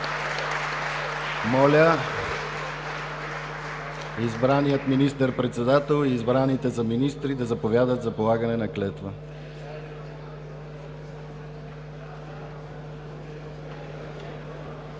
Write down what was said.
Моля избрания министър-председател и избраните за министри да заповядат за полагане на клетва.